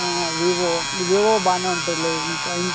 Vivo Vivo బాగానే ఉంటుందిలే ఇంకా ఇం